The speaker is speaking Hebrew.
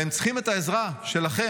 והם צריכים את העזרה שלכם,